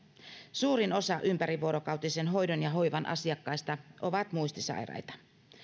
suurin osa ympärivuorokautisen hoidon ja hoivan asiakkaista on muistisairaita